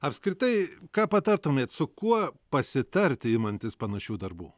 apskritai ką patartumėt su kuo pasitarti imantis panašių darbų